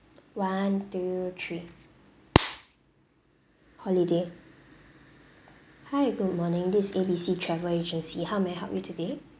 one two three holiday hi good morning this is A B C travel agency how may I help you today